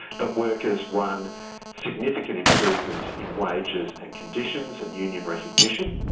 but workers won significant improvements in wages and conditions, and union recognition,